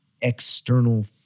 external